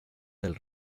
del